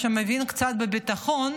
שמבין קצת בביטחון,